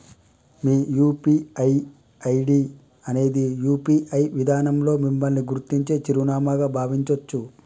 మీ UPI ID అనేది UPI విధానంలో మిమ్మల్ని గుర్తించే చిరునామాగా భావించొచ్చు